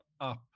up